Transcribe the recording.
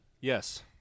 Yes